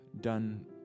done